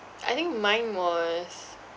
I think mine was